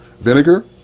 vinegar